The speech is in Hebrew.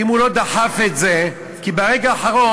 אם הוא לא דחף את זה, כי ברגע האחרון,